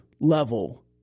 level